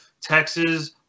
Texas